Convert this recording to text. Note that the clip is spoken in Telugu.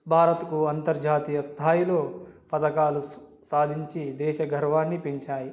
భారత్కు అంతర్జాతీయ స్థాయిలో పథకాలు సాధించి దేశ గర్వాన్ని పెంచాయి